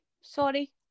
sorry